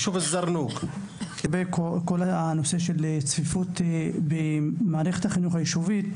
יואב קיש צריך להיות נוכח בישיבה הזו; לסייע לחברה הבדואית;